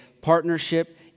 partnership